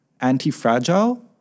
anti-fragile